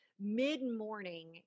mid-morning